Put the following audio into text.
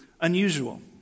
unusual